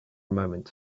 moment